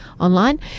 online